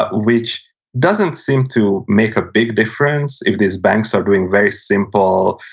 but which doesn't seem to make a big difference if these banks are doing very simple,